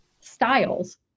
styles